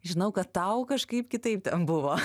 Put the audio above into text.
žinau kad tau kažkaip kitaip ten buvo